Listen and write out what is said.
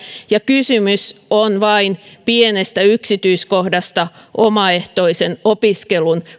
ja kysymys on vain pienestä yksityiskohdasta omaehtoisen opiskelun